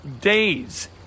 days